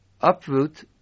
uproot